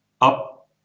up